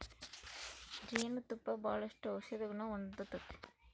ಜೇನು ತುಪ್ಪ ಬಾಳಷ್ಟು ಔಷದಿಗುಣ ಹೊಂದತತೆ